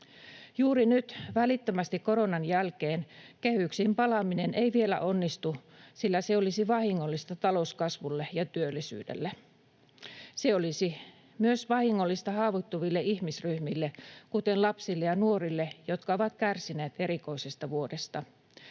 Juuri nyt, välittömästi koronan jälkeen, kehyksiin palaaminen ei vielä onnistu, sillä se olisi vahingollista talouskasvulle ja työllisyydelle. Se olisi vahingollista myös haavoittuville ihmisryhmille, kuten lapsille ja nuorille, jotka ovat kärsineet erikoisesta vuodesta.